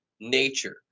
nature